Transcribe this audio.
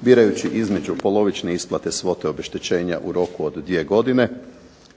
Birajući između polovične isplate svote obeštećenja u roku od 2 godine